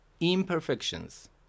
imperfections